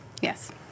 Yes